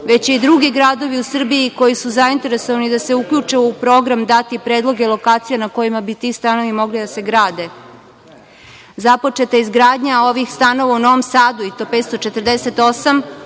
već i drugi gradovi u Srbiji koji su zainteresovani da se uključe u program, dat je predlog i lokacija na kojima bi ti stanovi mogli da se grade. Započeta je izgradnja ovih stanova u Novom Sadu i to 548,